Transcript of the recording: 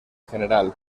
general